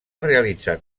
realitzat